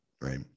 Right